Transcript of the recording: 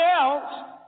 else